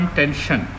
tension